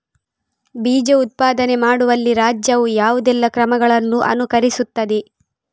ಬೀಜ ಉತ್ಪಾದನೆ ಮಾಡುವಲ್ಲಿ ರಾಜ್ಯವು ಯಾವುದೆಲ್ಲ ಕ್ರಮಗಳನ್ನು ಅನುಕರಿಸುತ್ತದೆ?